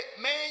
man